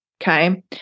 Okay